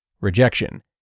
rejection